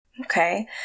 Okay